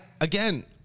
Again